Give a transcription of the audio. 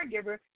caregiver